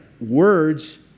words